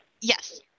Yes